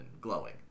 glowing